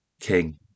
king